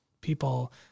people